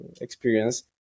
experience